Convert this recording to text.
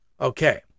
Okay